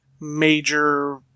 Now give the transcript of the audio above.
major